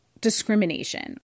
discrimination